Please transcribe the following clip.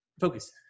Focus